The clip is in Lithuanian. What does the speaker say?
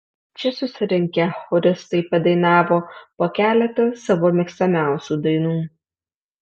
čia susirinkę choristai padainavo po keletą savo mėgstamiausių dainų